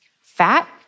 Fat